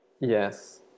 Yes